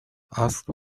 asked